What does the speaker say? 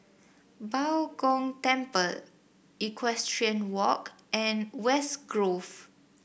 Bao Gong Temple Equestrian Walk and West Grove